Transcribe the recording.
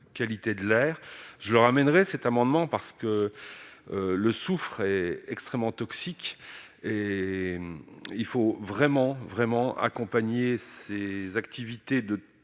qualité de l'air, je le ramènerai cet amendement parce que le souffrait extrêmement toxique et il faut vraiment vraiment accompagner ses activités de